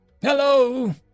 Hello